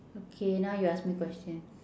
okay now you ask me question